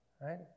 right